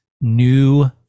new